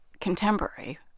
contemporary